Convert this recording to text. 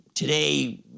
Today